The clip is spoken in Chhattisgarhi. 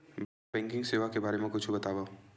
गैर बैंकिंग सेवा के बारे म कुछु बतावव?